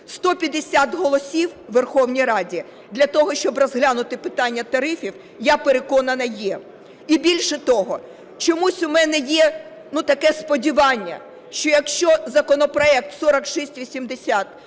150 голосів у Верховній Раді для того, щоб розглянути питання тарифів, я переконана, є. І більше того, чомусь у мене є таке сподівання, що якщо законопроект 4680,